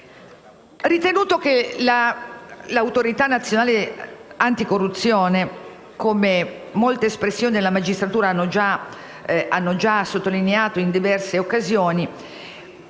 Ritenuto che l'Autorità nazionale anticorruzione - come molte espressioni della magistratura hanno già sottolineato in diverse occasioni